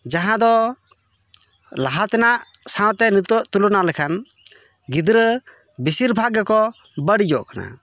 ᱡᱟᱦᱟᱸ ᱫᱚ ᱞᱟᱦᱟ ᱛᱮᱱᱟᱜ ᱥᱟᱶᱛᱮ ᱱᱤᱛᱳᱜ ᱛᱩᱞᱚᱱᱟ ᱞᱮᱠᱷᱟᱱ ᱜᱤᱫᱽᱨᱟᱹ ᱵᱮᱥᱤᱨ ᱵᱷᱟᱜᱽ ᱜᱮᱠᱚ ᱵᱟᱹᱲᱤᱡᱚᱜ ᱠᱟᱱᱟ